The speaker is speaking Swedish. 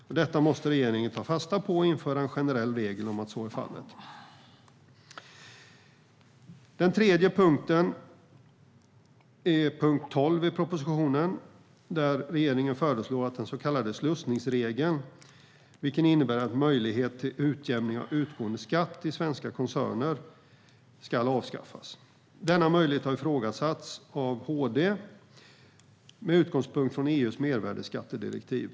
Regeringen måste ta fasta på detta och införa en generell regel om att så ska vara fallet. Vår tredje punkt är punkt 12 i propositionen. Där föreslår regeringen att den så kallade slussningsregeln, som innebär en möjlighet till utjämning av utgående skatt i svenska koncerner, ska avskaffas. Denna möjlighet har ifrågasatts av HD med utgångspunkt från EU:s mervärdesskattedirektiv.